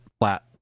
flat